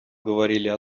говорили